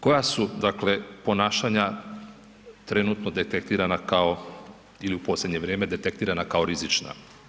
Koja su, dakle ponašanja trenutno detektirana kao ili u posljednje vrijeme, detektirana kao rizična?